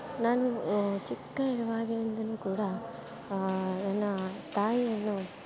ನಾನು ಚಿಕ್ಕ ಇರುವಾಗಿನಿಂದ ಕೂಡ ನನ್ನ ತಾಯಿಯನ್ನು